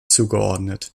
zugeordnet